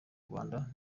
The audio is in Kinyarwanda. rwanda